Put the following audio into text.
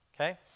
okay